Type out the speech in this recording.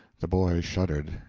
the boy shuddered.